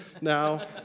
now